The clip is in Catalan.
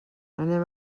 anem